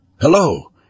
Hello